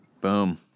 Boom